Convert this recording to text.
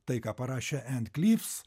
tai ką parašė ann klyvs